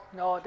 no